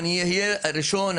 אהיה הראשון,